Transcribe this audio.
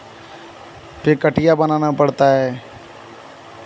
फिर कटिया बनाना पड़ता है